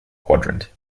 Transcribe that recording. quadrant